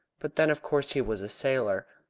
but, then, of course, he was a sailor.